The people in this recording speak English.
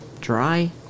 dry